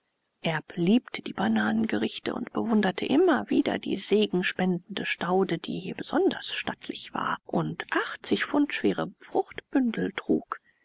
erb liebte die bananengerichte und bewunderte immer wieder die segen spendende staude die hier besonders stattlich war und pfund schwere fruchtbündel trug